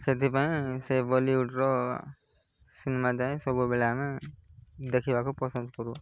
ସେଥିପାଇଁ ସେ ବଲିଉଡ଼ର ସିନେମା ଯାଏଁ ସବୁବେଳେ ଆମେ ଦେଖିବାକୁ ପସନ୍ଦ କରୁ